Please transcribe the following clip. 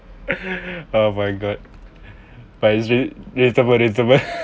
oh my god but it's really relatable relatable